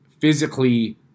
physically